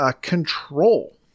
Control